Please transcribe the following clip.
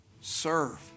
Serve